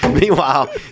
Meanwhile